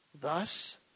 Thus